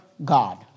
God